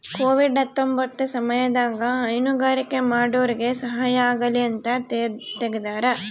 Covid ಹತ್ತೊಂಬತ್ತ ಸಮಯದಾಗ ಹೈನುಗಾರಿಕೆ ಮಾಡೋರ್ಗೆ ಸಹಾಯ ಆಗಲಿ ಅಂತ ತೆಗ್ದಾರ